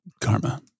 karma